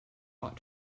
ought